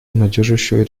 обнадеживающие